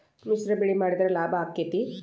ಮಿಶ್ರ ಬೆಳಿ ಮಾಡಿದ್ರ ಲಾಭ ಆಕ್ಕೆತಿ?